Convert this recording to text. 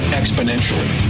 exponentially